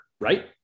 right